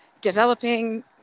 developing